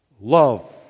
Love